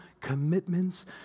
commitments